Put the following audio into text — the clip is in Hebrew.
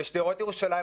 בשדרות ירושלים,